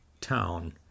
town